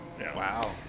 Wow